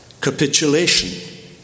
capitulation